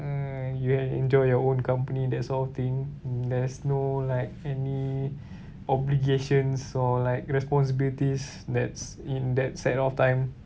mm you can enjoy your own company that sort of thing there's no like any obligations or like responsibilities that's in that set of time